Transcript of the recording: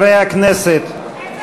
אנחנו נצביע על ההסתייגויות שמבקשות להפחית